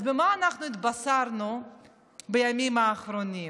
אז במה אנחנו התבשרנו בימים האחרונים?